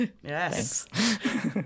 Yes